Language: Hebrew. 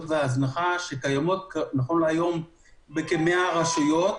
והזנחה שקיימות נכון להיום בכמאה רשויות